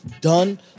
done